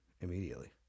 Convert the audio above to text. immediately